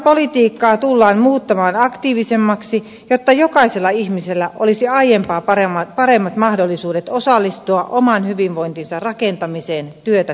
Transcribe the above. työvoimapolitiikkaa tullaan muuttamaan aktiivisemmaksi jotta jokaisella ihmisellä olisi aiempaa paremmat mahdollisuudet osallistua oman hyvinvointinsa rakentamiseen työtä tekemällä